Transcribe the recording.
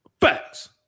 Facts